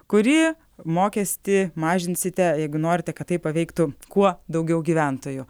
kurį mokestį mažinsite jeigu norite kad tai paveiktų kuo daugiau gyventojų